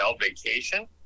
vacation